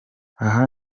aha